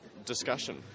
Discussion